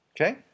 Okay